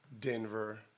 Denver